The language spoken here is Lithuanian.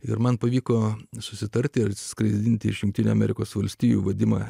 ir man pavyko susitarti atskraidinti iš jungtinių amerikos valstijų vadimą